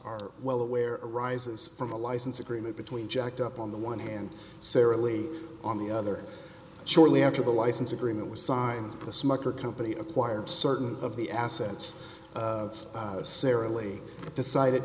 are well aware arises from a license agreement between jacked up on the one hand sarah lee on the other shortly after the license agreement was signed the smucker company acquired certain of the assets of sara lee decided